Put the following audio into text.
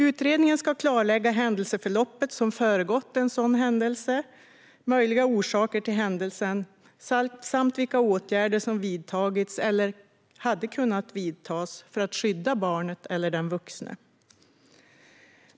Utredningen ska klarlägga händelseförloppet som föregått en sådan händelse, möjliga orsaker till händelsen samt vilka åtgärder som har vidtagits eller hade kunnat vidtas för att skydda barnet eller den vuxne.